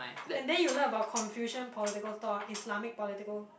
and then you learn about confusion political Islamic political